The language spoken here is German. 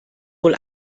wohl